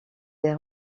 des